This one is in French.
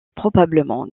probablement